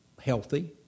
healthy